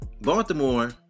Baltimore